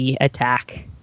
attack